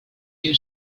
you